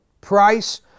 Price